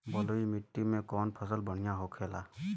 बलुई मिट्टी में कौन फसल बढ़ियां होखे ला?